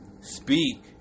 speak